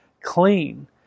clean